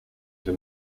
for